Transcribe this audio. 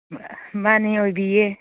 ꯃꯥꯟꯅꯤ ꯑꯣꯏꯕꯤꯌꯦ